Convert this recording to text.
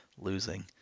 losing